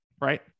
Right